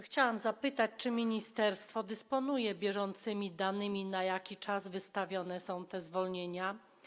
Chciałam zapytać: Czy ministerstwo dysponuje bieżącymi danymi, na jaki czas wystawione są te zwolnienia?